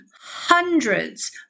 hundreds